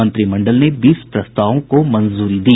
मंत्रिमंडल ने बीस प्रस्तावों को मंजूरी दी